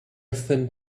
thin